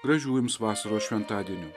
gražių jums vasaros šventadienių